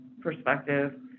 perspective